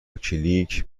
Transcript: کلیک